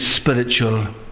spiritual